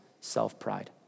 self-pride